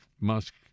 Musk